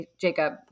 Jacob